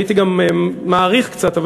הייתי גם מאריך קצת,